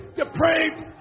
depraved